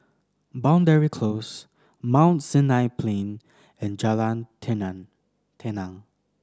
Boundary Close Mount Sinai Plain and Jalan Tenang